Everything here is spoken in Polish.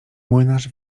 młynarz